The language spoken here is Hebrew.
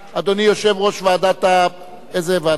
אדוני יושב-ראש ועדת, איזו ועדה?